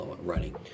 running